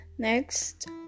Next